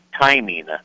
timing